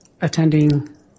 attending